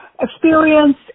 experience